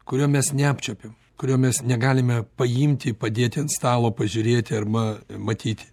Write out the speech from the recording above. kurio mes neapčiuopiam kurio mes negalime paimti ir padėti ant stalo pažiūrėti arba matyti